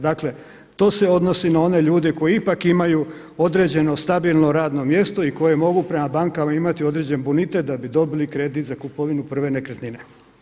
Dakle, to se odnosi na one ljude koji ipak imaju određen stabilno radno mjesto i koje mogu prema bankama imati određen bonitet da bi dobili kredit za kupovinu prve nekretnine.